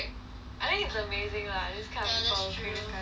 I think it's amazing lah these kind of people create these kind of thing